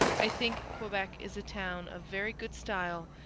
i think quebec is a town of very good style,